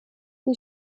die